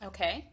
Okay